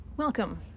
Welcome